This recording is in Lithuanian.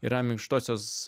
yra minkštosios